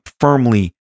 firmly